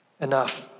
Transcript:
enough